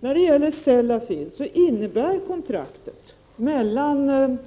När det gäller Sellafield innebär kontraktet mellan